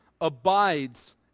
abides